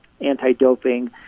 anti-doping